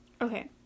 Okay